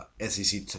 SEC